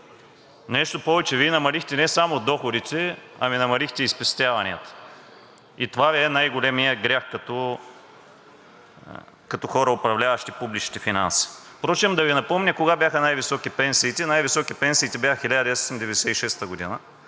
Нещо повече, Вие намалихте не само доходите, ами намалихте и спестяванията – това Ви е най-големият грях като хора, управляващи публичните финанси. Впрочем да Ви напомня кога бяха най-високи пенсиите. Най високи пенсиите бяха 1996 г.